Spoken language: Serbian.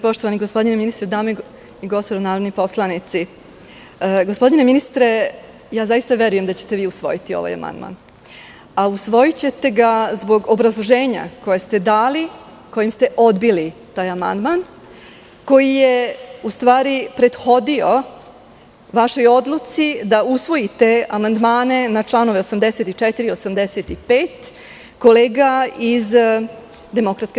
Poštovani gospodine ministre, dame i gospodo narodni poslanici, zaista verujem da ćete vi usvojiti ovaj amandman, a usvojićete ga zbog obrazloženja koje ste dali, a kojim se odbili taj amandman, koji je u stvari prethodio vašoj odluci da usvojite amandmane na čl. 84, 85. kolega iz DS.